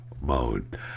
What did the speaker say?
Mode